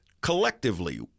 Collectively